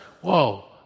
whoa